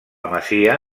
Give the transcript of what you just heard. masia